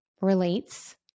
relates